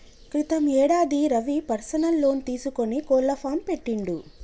క్రితం యేడాది Ravi personal loan తీసుకొని కోళ్ల ఫాం పెట్టిండు